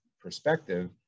perspective